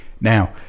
Now